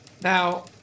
Now